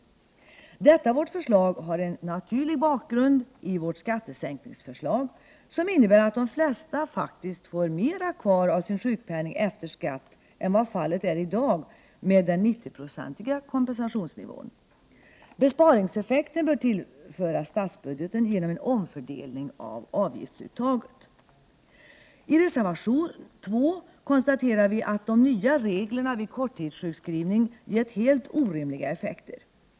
Detta vårt förslag har en naturlig bakgrund i vårt skattesänkningsförslag, som innebär att de flesta faktiskt får mer kvar av sin sjukpenning efter skatt än vad fallet är i dag med den 90-procentiga kompensationsnivån. Besparingseffekten bör tillföras statsbudgeten genom en omfördelning av avgiftsuttaget. I reservation 2 konstaterar vi att de nya reglerna vid korttidssjukskrivning givit helt orimliga effekter.